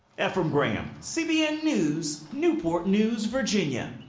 efrem graham, cbn news, newport news, virginia.